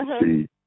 see